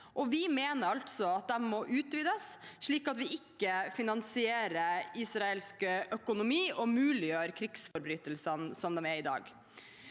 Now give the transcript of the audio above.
vi mener altså at de må utvides, slik at vi ikke finansierer israelsk økonomi og muliggjør krigsforbrytelser, slik som i dag.